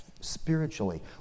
spiritually